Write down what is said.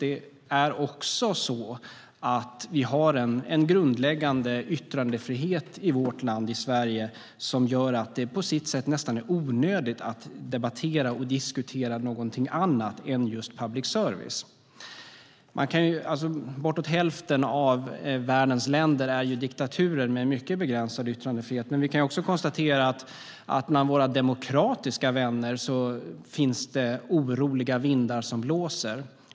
Det är också så att vi har en grundläggande yttrandefrihet i Sverige som gör att det är nästan onödigt att debattera och diskutera någonting annat än just public service. Uppemot hälften av världens länder är diktaturer med mycket begränsad yttrandefrihet. Men vi kan också konstatera att bland våra demokratiska vänner är det oroliga vindar som blåser.